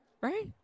right